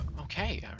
okay